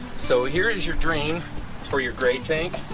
so here is your dream for your great tank